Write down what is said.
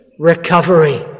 Recovery